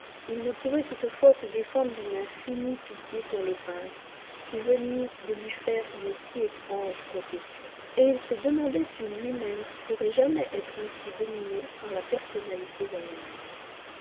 il ne pouvait toutefois se défendre d'une infinie pitié pour le peintre qui venait de lui faire une si étrange confession et il se demandait si lui même pourrait jamais être ainsi dominé par la personnalité d'un ami